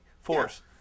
force